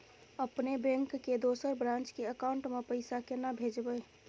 अपने बैंक के दोसर ब्रांच के अकाउंट म पैसा केना भेजबै?